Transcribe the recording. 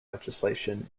legislation